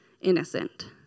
innocent